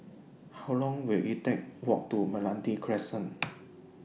How Long Will IT Take Walk to Meranti Crescent